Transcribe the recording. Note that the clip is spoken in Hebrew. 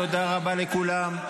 תודה רבה לכולם.